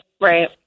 Right